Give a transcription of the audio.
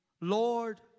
Lord